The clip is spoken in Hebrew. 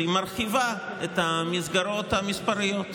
היא מרחיבה את המסגרות המספריות.